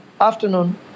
afternoon